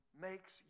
makes